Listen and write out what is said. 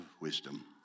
wisdom